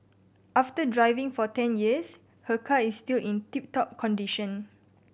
after driving for ten years her car is still in tip top condition